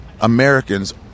Americans